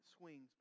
swings